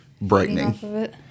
brightening